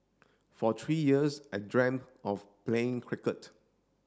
for three years I dreamt of playing cricket